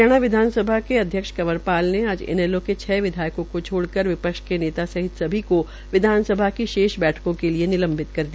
हरियाणा विधानसभा के अध्यक्ष कंवर पाल ने आज इनैलो के चार विधायकों को छोड़कर विपक्ष के नेता सहित सभी को विधानसभा की शेष बैठकों के लिए निलंबित कर दिया